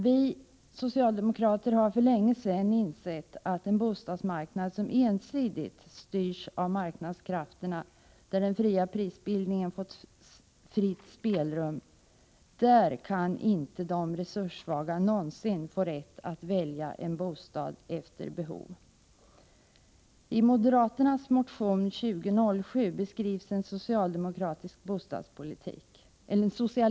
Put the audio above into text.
Vi socialdemokrater har för länge sedan insett att på en bostadsmarknad som ensidigt styrs av marknadskrafterna, där prisbildningen får fritt spelrum, kan de resurssvaga aldrig få möjlighet att välja bostad efter behov. I moderaternas motion 2707 beskrivs en socialistisk bostadspolitik.